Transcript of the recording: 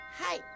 Hi